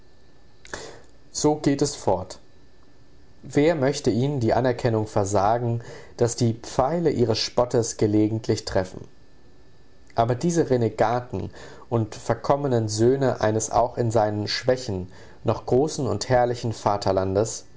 so geht es fort wer möchte ihnen die anerkennung versagen daß die pfeile ihres spottes gelegentlich treffen aber diese renegaten und verkommenen söhne eines auch in seinen schwächen noch großen und herrlichen vaterlandes